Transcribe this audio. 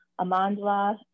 Amandla